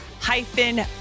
hyphen